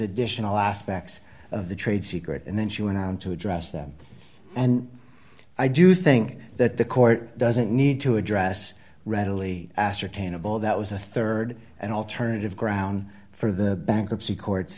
additional aspects of the trade secret and then she went on to address them and i do think that the court doesn't need to address readily ascertainable that was a rd and alternative ground for the bankruptcy court